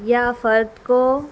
یا فرد کو